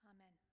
Amen